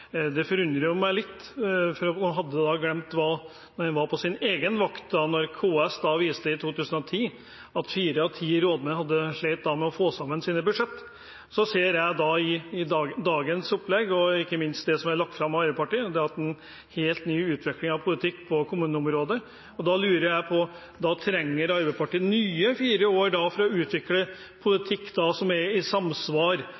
Det forundrer meg litt, for hun har glemt at hun var på sin egen vakt da KS i 2010 viste at fire av ti rådmenn sleit med å få sammen sine budsjett. Jeg ser i dagens opplegg, og ikke minst det som er lagt fram av Arbeiderpartiet, en helt ny utvikling av politikk på kommuneområdet. Da lurer jeg på om Arbeiderpartiet trenger nye fire år for å utvikle politikk som er i samsvar